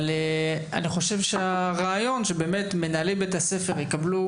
הרעיון שמנהלי בתי-הספר יקבלו